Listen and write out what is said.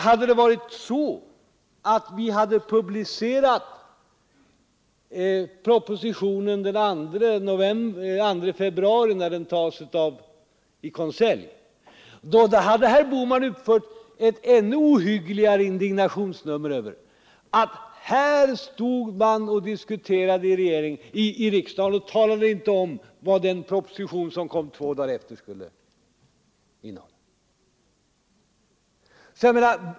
Hade vi väntat med att publicera propositionen till den 1 februari, när den tas i konselj, hade herr Bohman utfört ett ännu ohyggligare indignationsnummer därför att här stod man och diskuterade i riksdagen och talade inte om vad den proposition som kom två dagar efteråt skulle innehålla.